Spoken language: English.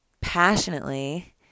passionately